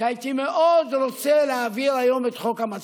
שהייתי מאוד רוצה להעביר היום את חוק המצלמות,